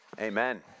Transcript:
Amen